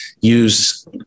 use